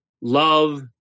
love